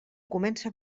comença